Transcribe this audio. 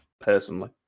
personally